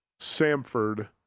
Samford